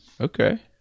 Okay